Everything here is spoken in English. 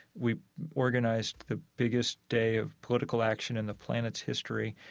we organized the biggest day of political action in the planet's history.